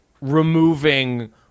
removing